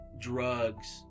drugs